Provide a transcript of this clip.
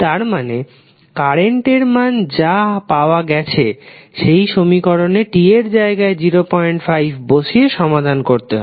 তারমানে কারেন্ট এর মান যা পাওয়া গেছে সেই সমীকরণে t এর জায়গায় 05 বসিয়ে সমাধান করতে হবে